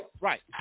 right